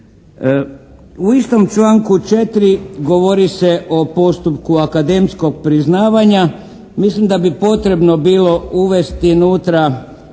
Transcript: U istom članku 4. govori se o postupku akademskog priznavanja. Mislim da bi potrebno bilo uvesti unutra